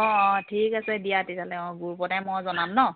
অঁ অঁ ঠিক আছে দিয়া তেতিয়াহ'লে অঁ গ্ৰুপতে মই জনাম নহ্